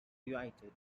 reunited